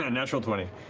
but and natural twenty.